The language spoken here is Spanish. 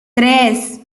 tres